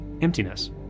emptiness